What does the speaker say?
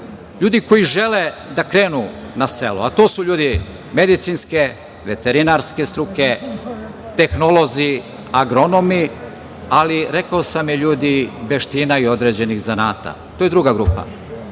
ljudi koji žele da krenu na selo, a to su ljudi medicinske, veterinarske struke, tehnolozi, agronomi, ali rekao sam i ljudi veština i određenih zanata. To je druga grupa. Treća